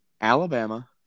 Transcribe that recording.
Alabama